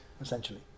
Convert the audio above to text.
essentially